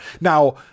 now